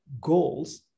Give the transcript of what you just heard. goals